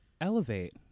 elevate